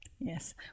Yes